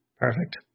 Perfect